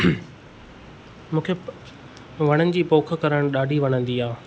मूंखे वणनि जी पोख करणु ॾाढी वणंदी आहे